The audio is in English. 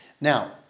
now